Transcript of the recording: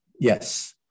yes